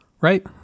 right